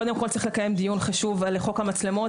קודם כל צריך לקיים דיון חשוב ונפרד על חוק המצלמות,